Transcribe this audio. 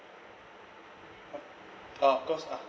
ah of course ah